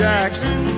Jackson